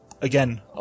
again